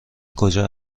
کجا